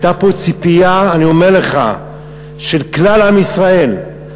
הייתה פה ציפייה של כלל עם ישראל,